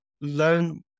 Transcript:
learn